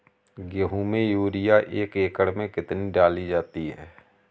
गेहूँ में यूरिया एक एकड़ में कितनी डाली जाती है?